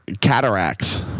cataracts